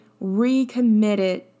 recommitted